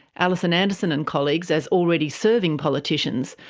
alison anderson and colleagues, as already serving politicians,